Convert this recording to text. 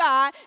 God